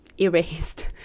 erased